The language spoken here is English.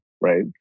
right